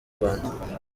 rwanda